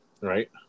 Right